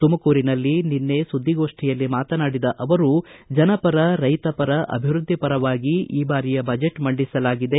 ತುಮಕೂರಿನಲ್ಲಿ ನಿನ್ನೆ ಸುದ್ದಿಗೋಷ್ಠಿಯಲ್ಲಿ ಮಾತನಾಡಿದ ಅವರು ಜನಪರ ರೈತ ಪರ ಅಭಿವೃದ್ದಿ ಪರವಾಗಿ ಈ ಬಾರಿಯ ಬಜೆಟ್ ಮಂಡಿಸಲಾಗಿದೆ